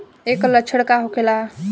ऐकर लक्षण का होखेला?